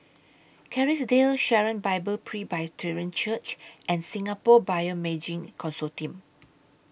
Kerrisdale Sharon Bible Presbyterian Church and Singapore Bioimaging Consortium